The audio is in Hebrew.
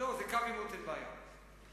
אין בעיה עם קו העימות.